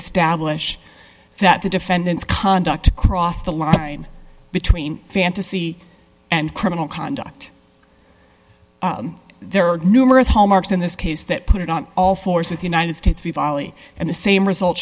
establish that the defendant's conduct crossed the line between fantasy and criminal conduct there are numerous hole marks in this case that put it on all fours with united states v volley and the same result